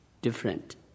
Different